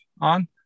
on